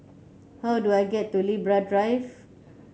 how do I get to Libra Drive